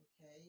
Okay